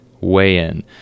weigh-in